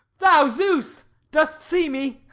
thou, zeus, dost see me?